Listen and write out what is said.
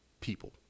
people